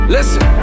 Listen